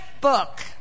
book